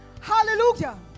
Hallelujah